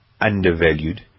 undervalued